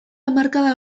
hamarkada